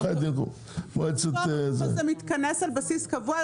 הגוף הזה מתכנס על בסיס קבוע,